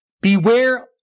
Beware